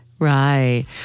Right